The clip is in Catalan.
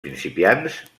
principiants